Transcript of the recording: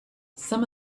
some